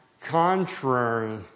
contrary